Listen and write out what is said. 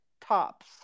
tops